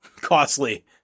costly